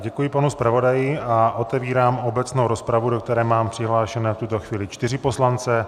Děkuji panu zpravodaji a otevírám obecnou rozpravu, do které mám přihlášené v tuto chvíli čtyři poslance.